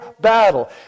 battle